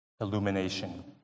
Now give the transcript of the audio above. illumination